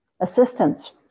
assistance